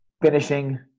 finishing